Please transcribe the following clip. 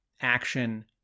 action